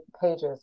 pages